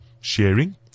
sharing